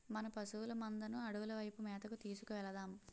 మన పశువుల మందను అడవుల వైపు మేతకు తీసుకు వెలదాం